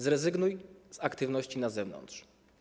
Zrezygnuj z aktywności na zewnątrz.